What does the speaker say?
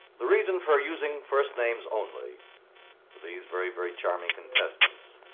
the reason for using first names only, for these very, very charming contestants,